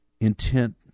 intent